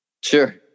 Sure